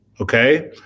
okay